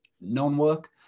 non-work